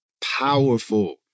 Powerful